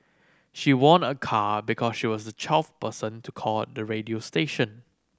she won a car because she was the twelfth person to call the radio station